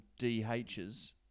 DHs